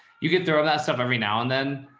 you get through all that stuff every now and then,